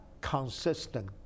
consistent